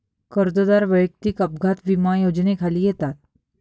कर्जदार वैयक्तिक अपघात विमा योजनेखाली येतात